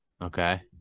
Okay